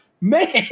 man